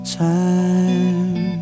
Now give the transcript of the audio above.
time